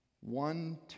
one